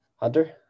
Hunter